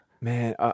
Man